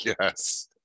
Yes